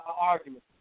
argument